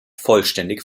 vollständig